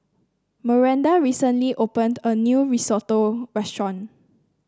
Maranda recently opened a new Risotto restaurant